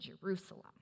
Jerusalem